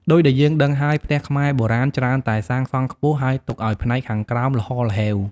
ដូចដែលយើងដឹងហើយ ផ្ទះខ្មែរបុរាណច្រើនតែសាងសង់ខ្ពស់ ហើយទុកឱ្យផ្នែកខាងក្រោមល្ហហ្ហេវ។